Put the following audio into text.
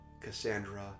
Cassandra